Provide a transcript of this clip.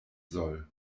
soll